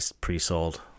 pre-sold